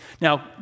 Now